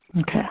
Okay